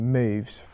moves